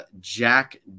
Jack